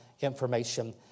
information